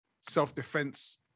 self-defense